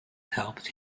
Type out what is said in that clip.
helped